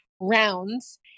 rounds